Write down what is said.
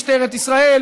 משטרת ישראל,